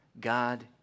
God